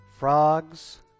frogs